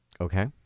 Okay